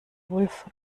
wulff